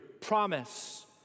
promise